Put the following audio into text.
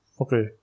Okay